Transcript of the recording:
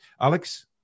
Alex